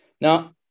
Now